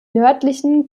nördlichen